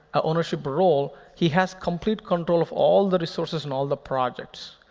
a ownership role, he has complete control of all the resources and all the projects.